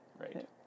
Right